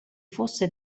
fosse